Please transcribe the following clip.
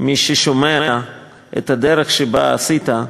מי ששומע את הדרך שעשית,